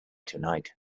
tonight